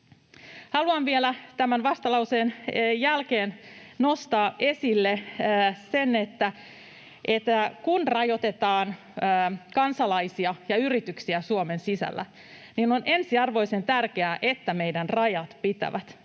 Haluan vielä tämän vastalauseen jälkeen nostaa esille sen, että kun rajoitetaan kansalaisia ja yrityksiä Suomen sisällä, niin on ensiarvoisen tärkeää, että meidän rajat pitävät